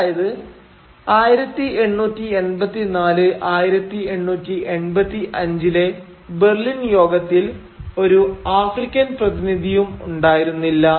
അതായത് 1884 1885ലെ ബെർലിൻ യോഗത്തിൽ ഒരു ആഫ്രിക്കൻ പ്രതിനിധിയും ഉണ്ടായിരുന്നില്ല